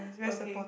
okay